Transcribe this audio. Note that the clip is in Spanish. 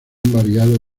variado